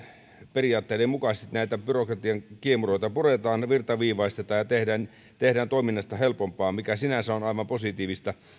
periaatteiden mukaisesti näitä byrokratian kiemuroita puretaan ne virtaviivaistetaan ja tehdään toiminnasta helpompaa mikä sinänsä on aivan positiivista